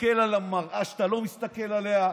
הסתכל על המראה שאתה לא מסתכל עליה,